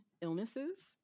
illnesses